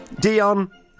Dion